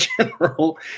general